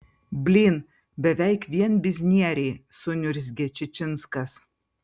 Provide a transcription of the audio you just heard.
blyn beveik vien biznieriai suniurzgė čičinskas